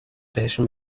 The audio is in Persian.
بهشون